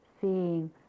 seeing